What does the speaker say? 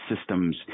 systems